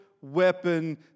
weapon